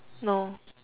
no